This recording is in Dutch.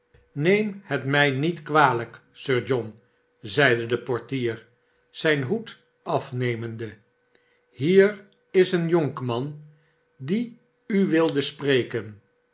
neem het mij niet kwalijk sir john zeide de portier zijn hoed afhemende hier is een jonkman die u wilde spreken